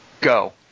Go